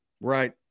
Right